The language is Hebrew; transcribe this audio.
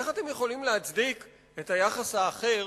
איך אתם יכולים להצדיק את היחס האחר?